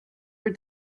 were